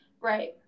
right